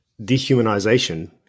dehumanization